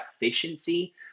efficiency